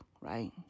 right